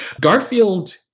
Garfield